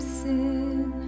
sin